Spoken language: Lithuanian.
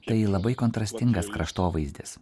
tai labai kontrastingas kraštovaizdis